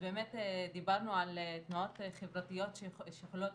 אז באמת דיברנו על תנועות חברתיות שיכולות